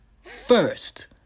first